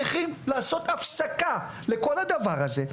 צריכים לעשות הפסקה לכל הדבר הזה,